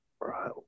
Right